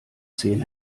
zehn